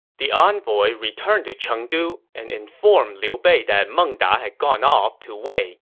the envoy returned to chengdu and informed liu bei that meng da had gone off to wei.